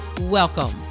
Welcome